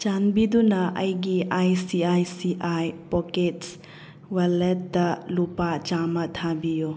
ꯆꯥꯟꯕꯤꯗꯨꯅ ꯑꯩꯒꯤ I C I C I pockets ꯋꯥꯜꯂꯦꯠꯇ ꯂꯨꯄꯥ ꯆꯥꯃ ꯊꯥꯕꯤꯌꯨ